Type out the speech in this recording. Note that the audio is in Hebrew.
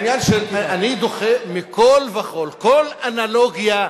אני דוחה מכול וכול כל אנלוגיה,